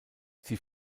sie